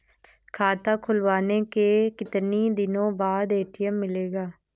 खाता खुलवाने के कितनी दिनो बाद ए.टी.एम मिलेगा?